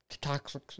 toxic